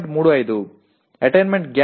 அடைய இடைவெளி 0